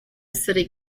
city